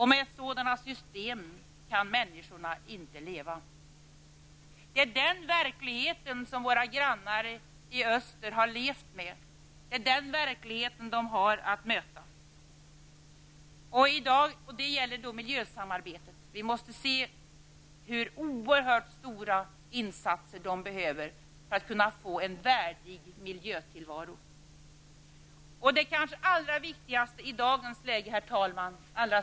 Med sådana system kan människorna inte leva. Det är den verklighet som våra grannar i öster har levt med. Det är den verklighet de har att möta. När det gäller miljösamarbetet måste vi se hur oerhört stora insatser de behöver för att kunna få en värdig miljötillvaro. En sista kommentar om det kanske allra viktigaste i dagens läge, herr talman.